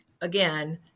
again